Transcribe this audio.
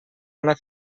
una